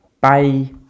Bye